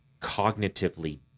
cognitively